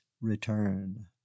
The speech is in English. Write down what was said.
return